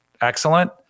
excellent